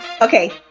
Okay